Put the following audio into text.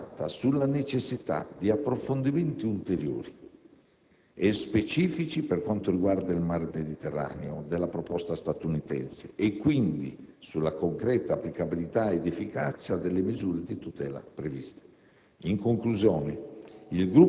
UE negoziale, basata sulla necessità di approfondimenti ulteriori, e specifici per quanto riguarda il Mar Mediterraneo, della proposta statunitense e, quindi, sulla concreta applicabilità ed efficacia delle misure di tutela previste.